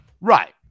right